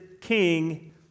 king